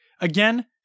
Again